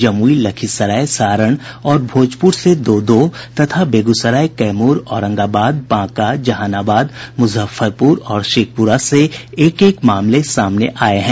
जमुई लखीसराय सारण और भोजपुर से दो दो तथा बेगूसराय कैमूर औरंगाबाद बांका जहानाबाद मुजफ्फरपुर और शेखपुरा से एक एक मामले सामने आये हैं